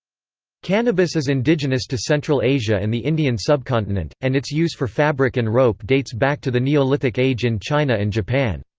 cannabis is indigenous to central asia and the indian subcontinent, and its use for fabric and rope dates back to the neolithic age in china and japan.